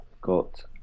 got